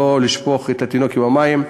לא לשפוך את התינוק עם המים,